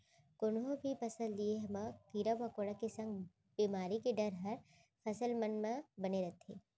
कोनो भी फसल लिये म कीरा मकोड़ा के संग बेमारी के डर हर फसल मन म बने रथे